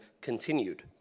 continued